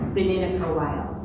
been in it for a while,